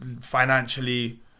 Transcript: financially